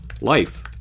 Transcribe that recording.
Life